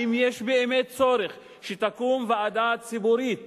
אם יש צורך, שתקום ועדה ציבורית